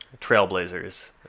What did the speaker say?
trailblazers